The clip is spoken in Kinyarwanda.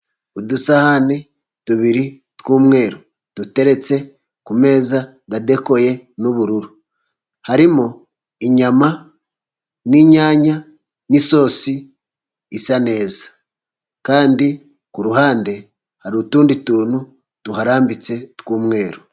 Udusahani tubiri tw'umweru duteretse kumeza adekoye n'ubururu. Harimo inyama, n'inyanya, n'isosi isa neza, kandi ku ruhande hari utundi tuntu tuharambitse tw'umweru.